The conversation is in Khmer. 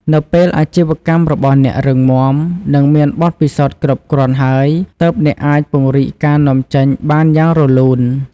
នៅពេលអាជីវកម្មរបស់អ្នករឹងមាំ និងមានបទពិសោធន៍គ្រប់គ្រាន់ហើយ ទើបអ្នកអាចពង្រីកការនាំចេញបានយ៉ាងរលូន។